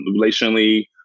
relationally